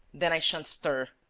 then i shan't stir.